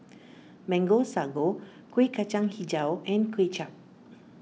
Mango Sago Kueh Kacang HiJau and Kway Chap